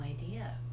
idea